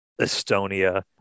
Estonia